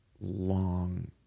Long